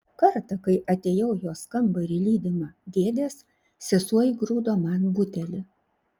kartą kai atėjau į jos kambarį lydima dėdės sesuo įgrūdo man butelį